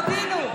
תבינו.